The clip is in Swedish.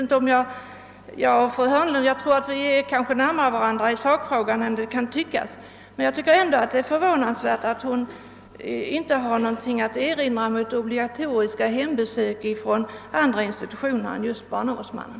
Fru Hörnlund och jag är kanske mer överens i sakfrågan än det kan tyckas, men jag anser ändå att det är förvånansvärt att hon inte har något att invända mot obligatoriska hembesök från andra institutioner än just barnavårdsmannen.